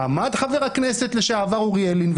עמד חבר הכנסת לשעבר אוריאל לין,